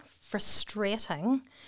frustrating